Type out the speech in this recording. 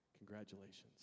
Congratulations